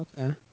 Okay